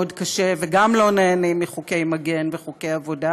קשה וגם לא נהנים מחוקי מגן וחוקי עבודה,